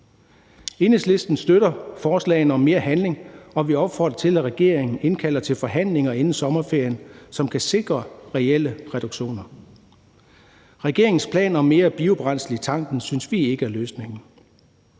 Enhedslisten støtter forslagene om mere handling, og vi opfordrer til, at regeringen indkalder til forhandlinger, som kan sikre reelle reduktioner, inden sommerferien. Regeringens plan om mere biobrændsel i tanken synes vi ikke er løsningen.